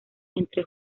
entre